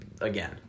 again